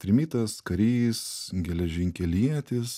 trimitas karys geležinkelietis